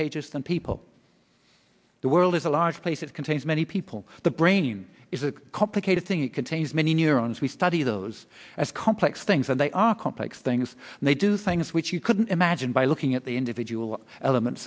pages than people the world is a large place it contains many people the brain is a complicated thing it contains many neurons we study those as complex things and they are complex things and they do things which you couldn't imagine by looking at the individual elements